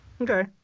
Okay